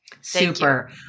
Super